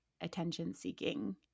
attention-seeking